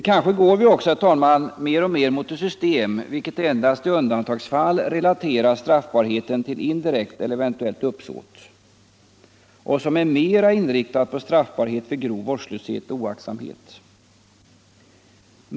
Kanske går vi också, herr talman, mer och mer mot ett system, vilket endast i undantagsfall relaterar straffbarheten till indirekt eller eventuellt uppsåt och som är mera inriktat på straffbarhet vid grov vårdslöshet och oaktsamhet.